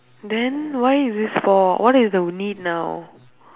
then why is this for what is the need now